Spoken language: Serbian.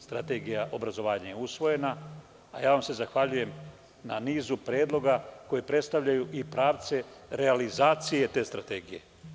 Strategija obrazovanja je usvojena, a ja vam se zahvaljujem na nizu predloga koji predstavljaju i pravce realizacije te strategije.